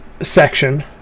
section